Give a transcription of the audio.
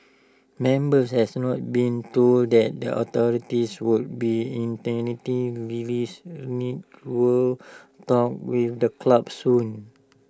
members has not been told that the authorities would be lilies talks with the club soon